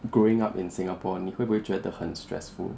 growing up in singapore 你会不会觉得很 stressful